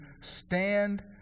stand